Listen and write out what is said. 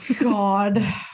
God